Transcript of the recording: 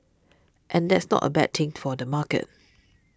and that's not a bad thing for the market